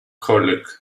colleague